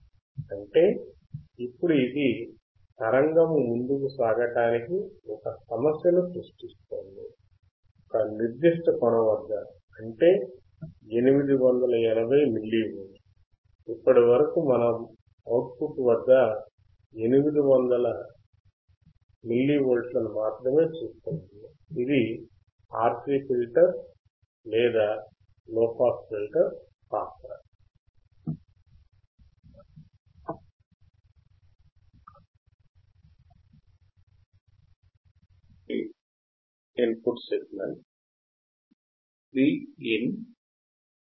అంటే ఇప్పుడు ఇది తరంగము ముందుకు సాగటానికి ఒక సమస్యను సృష్టిస్తోంది ఒక నిర్దిష్టకొన వద్ద అంటే 880 మిల్లీవోల్త్స్ ఇప్పటి వరకు మనం అవుట్ పుట్ వద్ద 800 మిల్లీవోల్ట్ లను మాత్రమే చూస్తున్నాము